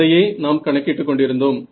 அதையே நாம் கணக்கிட்டு கொண்டிருந்தோம்